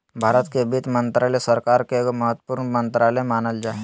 भारत के वित्त मन्त्रालय, सरकार के एगो महत्वपूर्ण मन्त्रालय मानल जा हय